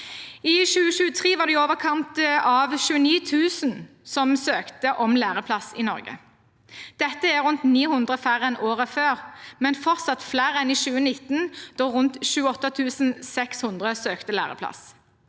I 2023 var det i overkant av 29 000 som søkte om læreplass i Norge. Dette er rundt 900 færre enn året før, men fortsatt flere enn i 2019, da rundt 28 600 søkte læreplass.